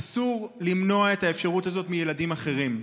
אסור למנוע את האפשרות הזאת מילדים אחרים.